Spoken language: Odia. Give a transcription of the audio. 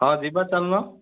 ହଁ ଯିବା ଚାଲୁନ